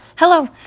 Hello